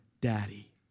Daddy